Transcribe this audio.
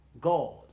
God